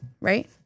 Right